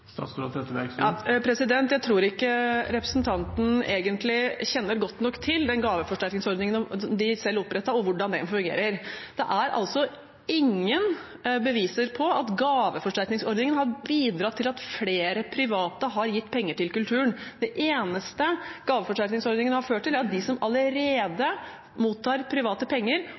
Jeg tror ikke representanten egentlig kjenner godt nok til den gaveforsterkningsordningen de selv opprettet, og hvordan den fungerer. Det er altså ingen bevis på at gaveforsterkningsordningen har bidratt til at flere private har gitt penger til kulturen. Det eneste gaveforsterkningsordningen har ført til, er at de som allerede mottar private penger,